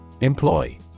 Employ